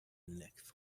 next